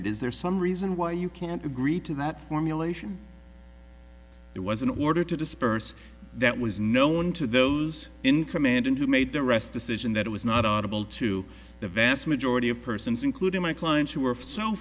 it is there some reason why you can't agree to that formulation there was an order to disperse that was known to those in command and who made the rest decision that it was not audible to the vast majority of persons including my clients who were so